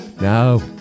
No